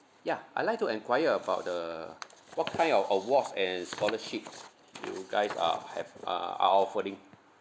yeah I'd like to enquire about the what kind of awards and scholarship you guys are have uh are offering